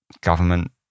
government